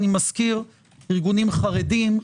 אני מזכיר ארגונים חרדים,